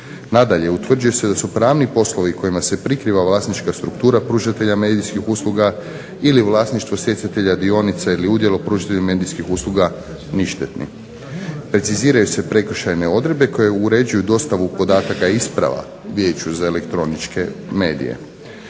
Nadalje, utvrđuje se da su pravni poslovi kojima se prikriva vlasnička struktura pružatelja medijskih usluga ili vlasništvo stjecatelja dionica ili udjela pružatelja medijskih usluga ništetni. Preciziraju se prekršajne odredbe koje uređuju dostavu podataka i isprava Vijeću za elektroničke medije.